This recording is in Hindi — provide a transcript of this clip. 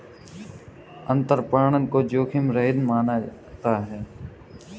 अंतरपणन को जोखिम रहित माना जाता है